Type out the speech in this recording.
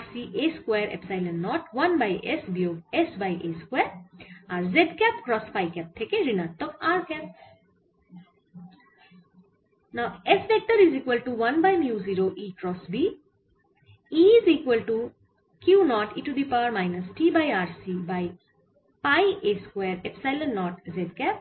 RC a square epsilon naught 1 by s বিয়োগ s by a square z cap cross phi cap থেকে ঋণাত্মক r cap